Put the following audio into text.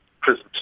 prisons